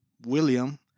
William